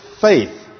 faith